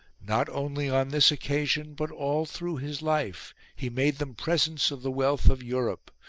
not only on this occasion but all through his life, he made them presents of the wealth of europe,